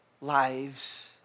lives